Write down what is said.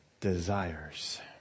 desires